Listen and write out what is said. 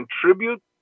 contribute